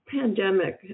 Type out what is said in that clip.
pandemic